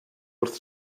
wrth